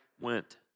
went